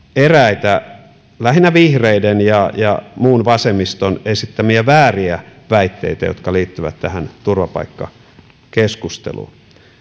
eräitä lähinnä vihreiden ja ja muun vasemmiston esittämiä vääriä väitteitä jotka liittyvät tähän turvapaikkakeskusteluun